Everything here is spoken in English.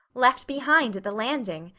left behind at the landing!